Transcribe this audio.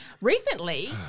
Recently